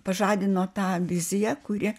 pažadino tą viziją kuri